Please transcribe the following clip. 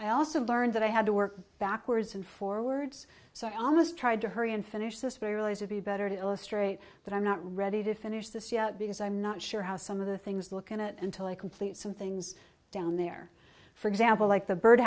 i also learned that i had to work backwards and forwards so i almost tried to hurry and finish this very early to be better to illustrate that i'm not ready to finish this yet because i'm not sure how some of the things look in it until i complete some things down there for example like the bird